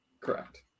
Correct